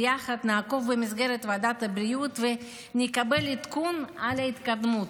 ביחד נעקוב במסגרת ועדת הבריאות ונקבל עדכון על ההתקדמות.